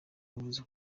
avuze